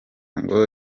ngo